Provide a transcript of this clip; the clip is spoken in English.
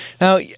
Now